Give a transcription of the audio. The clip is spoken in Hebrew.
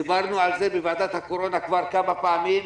דיברנו על זה בוועדת הקורונה כבר כמה פעמים.